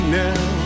now